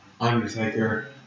Undertaker